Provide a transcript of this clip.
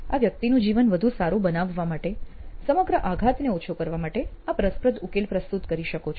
આ વ્યક્તિનું જીવન વધુ સારું બનાવવા માટે સમગ્ર આઘાતને ઓછો કરવા માટે આપ રસપ્રદ ઉકેલો પ્રસ્તુત કરી શકો છો